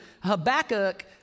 Habakkuk